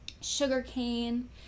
sugarcane